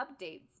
updates